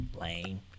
lame